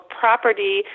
property